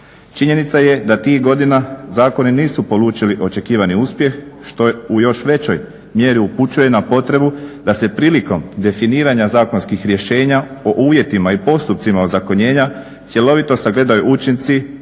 Činjenica je da tih godina zakoni nisu polučili očekivani uspjeh što u još većoj mjeri upućuje na potrebu da se prilikom definiranja zakonskih rješenja o uvjetima i postupcima ozakonjenja cjelovito sagledaju učinci provedbe